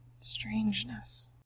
Strangeness